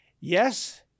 Yes